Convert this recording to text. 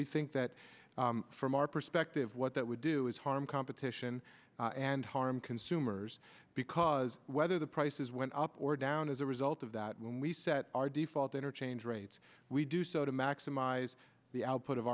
we think that from our perspective what that would do is harm competition and harm consumers because whether the prices went up or down as a result of that when we set our default interchange rates we do so to maximize the output of